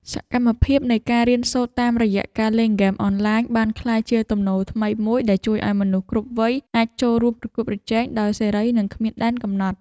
សកម្មភាពនៃការរៀនសូត្រតាមរយៈការលេងហ្គេមអនឡាញបានក្លាយជាទំនោរថ្មីមួយដែលជួយឱ្យមនុស្សគ្រប់វ័យអាចចូលរួមប្រកួតប្រជែងដោយសេរីនិងគ្មានដែនកំណត់។